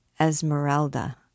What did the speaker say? Esmeralda